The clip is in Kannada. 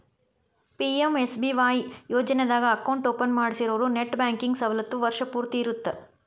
ಪಿ.ಎಂ.ಎಸ್.ಬಿ.ವಾಯ್ ಯೋಜನಾದಾಗ ಅಕೌಂಟ್ ಓಪನ್ ಮಾಡ್ಸಿರೋರು ನೆಟ್ ಬ್ಯಾಂಕಿಂಗ್ ಸವಲತ್ತು ವರ್ಷ್ ಪೂರ್ತಿ ಇರತ್ತ